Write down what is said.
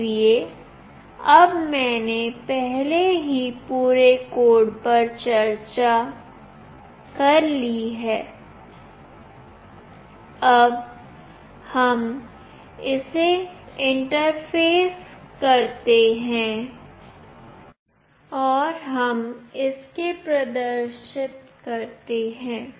इसलिए अब मैंने पहले ही पूरे कोड पर चर्चा कर ली है कि हम इसे कैसे इंटरफ़ेस करते हैं और हम इसे कैसे प्रदर्शित करते हैं